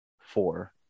four